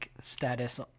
status